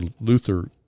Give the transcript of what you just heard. Luther